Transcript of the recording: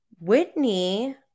Whitney